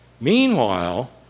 Meanwhile